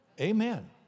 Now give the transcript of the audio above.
Amen